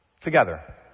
Together